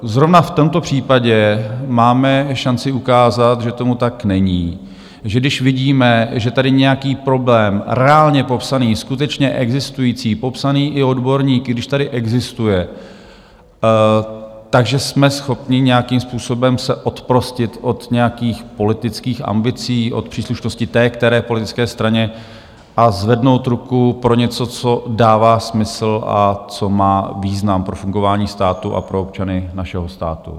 Zrovna v tomto případě máme šanci ukázat, že tomu tak není, že když vidíme, že tady nějaký problém reálně popsaný, skutečně existující, popsaný i odborníky, když tady existuje, tak že jsme schopni nějakým způsobem se oprostit od nějakých politických ambicí do příslušnosti té které politické straně a zvednout ruku pro něco, co dává smysl a co má význam pro fungování státu a pro občany našeho státu.